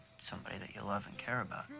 somebody that you love and care about.